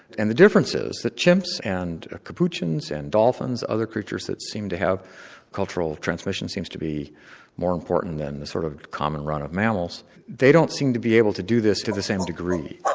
and the difference is that chimps and capuchins and dolphins other creatures that seem to have cultural transmission seems to be more important than the sort of common run of mammals they don't seem to be able to do this to the same degree.